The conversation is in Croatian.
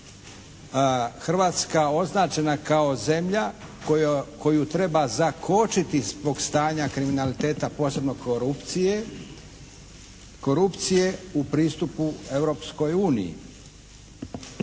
Hrvatska označena kao zemlja koju treba zakočiti zbog stanja kriminaliteta posebno korupcije u pristupu Europskoj uniji.